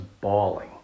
bawling